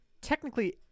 Technically